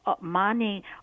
money